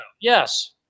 Yes